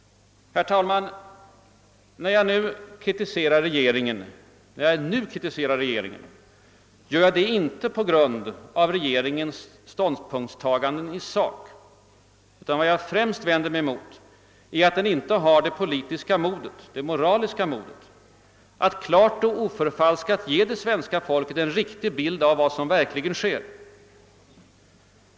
Herr talman! När jag nu kritiserar regeringen gör jag det inte på grund av dess ståndpunktstaganden i sak. Vad jag främst vänder mig emot är att den inte har det politiska och moraliska modet att klart och oförfalskat ge det svenska folket en riktig bild av vad som verkligen sker.